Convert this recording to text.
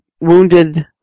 wounded